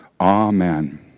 Amen